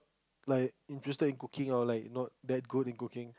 like interested in cooking or like not that good in cooking